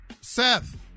Seth